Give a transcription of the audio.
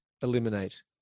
eliminate